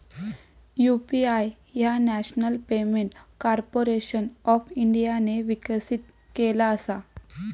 UPI ह्या national payment corporation of इंडियाने विकसित केला असा